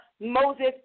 Moses